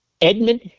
Edmund